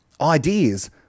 Ideas